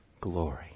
glory